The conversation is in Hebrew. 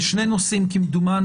בשני נושאים כמדומני,